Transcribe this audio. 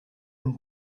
and